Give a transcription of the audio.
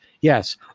Yes